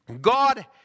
God